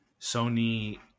Sony